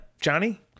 johnny